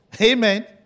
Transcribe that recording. Amen